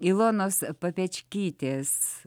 ilonos papečkytės